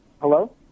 Hello